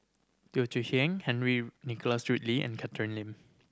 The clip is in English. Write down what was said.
Teo Chee Hean Henry Nicholas Ridley and Catherine Lim